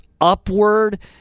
upward